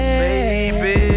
baby